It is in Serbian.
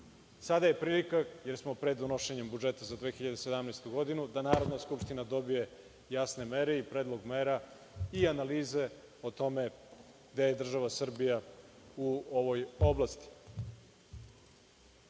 je prilika jer smo pred donošenjem budžeta za 2017. godinu da Narodna skupština dobije jasne mere i predlog mera i analize o tome da je država Srbija u ovoj oblasti.U